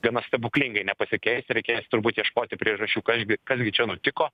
gana stebuklingai nepasikeis reikės turbūt ieškoti priežasčių kas gi kas gi čia nutiko